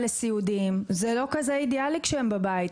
לסיעודיים זה לא כזה אידאלי כשהם בבית.